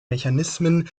mechanismen